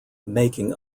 making